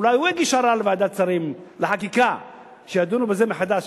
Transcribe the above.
אולי הוא יגיש ערר לוועדת שרים לחקיקה שידונו בזה מחדש.